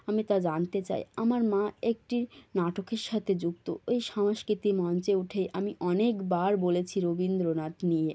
আমি তা জানতে চাই আমার মা একটি নাটকের সাথে যুক্ত এই সাংস্কৃতিক মঞ্চে উঠে আমি অনেকবার বলেছি রবীন্দ্রনাথ নিয়ে